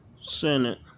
Senate